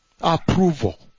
Approval